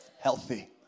healthy